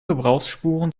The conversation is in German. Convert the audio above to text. gebrauchsspuren